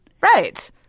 Right